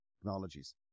technologies